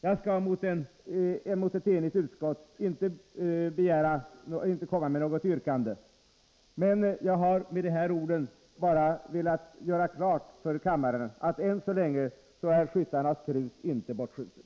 Jag skall mot ett enigt utskott inte framställa något yrkande. Men jag har med dessa ord bara velat göra klart för kammaren att än så länge är skyttarnas krut inte bortskjutet.